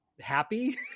happy